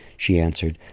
she answered,